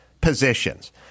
positions